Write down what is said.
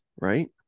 right